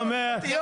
למה חברות פרטיות?